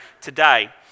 today